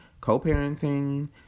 co-parenting